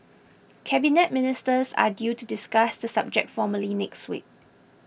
Cabinet Ministers are due to discuss the subject formally next week